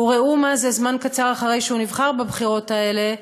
וראו מה זה, זמן קצר אחרי שהוא נבחר בבחירות האלה,